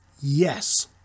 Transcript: Yes